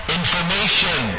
information